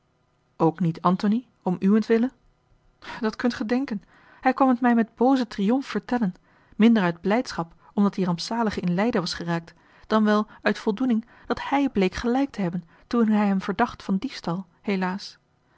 ook niet antony om uwentwille dat kunt gij denken hij kwam het mij met boozen triomf vertellen minder uit blijdschap omdat de rampzalige in lijden was geraakt dan wel uit voldoening dat hij bleek gelijk te hebben toen hij hem verdacht van diefstal helaas